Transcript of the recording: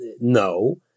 No